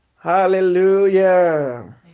Hallelujah